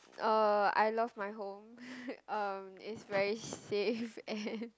uh I love my home um it's very safe and